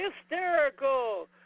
hysterical